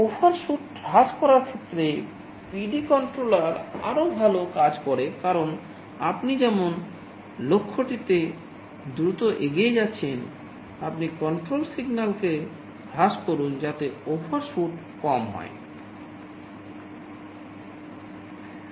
overshoot কে হ্রাস করুন যাতে ওভারশুট কম হয়